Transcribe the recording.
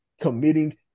committing